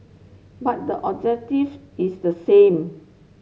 but the objective is the same